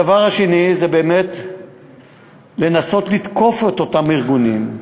הדבר השני זה באמת לנסות ולתקוף את אותם ארגונים.